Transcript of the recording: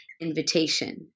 invitation